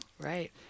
Right